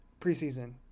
preseason